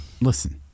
Listen